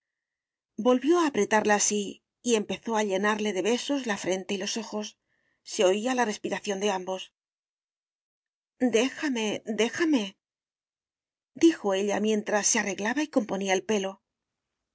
volvió a apretarla a sí y empezó a llenarle de besos la frente y los ojos se oía la respiración de ambos déjame déjame dijo ella mientras se arreglaba y componía el pelo no